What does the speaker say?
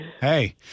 Hey